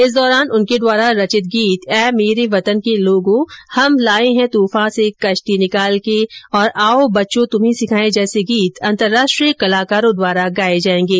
इस दौरान उनके द्वारा रचित गीत ए मेरे वतन के लोगों हम लाए है तूफां से कश्ती निकाल के और आओ बच्चों तृम्हे दिखाएं जैसे गीत अंतरराष्ट्रीय कलाकारों द्वारा गाए जाएंगे